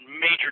major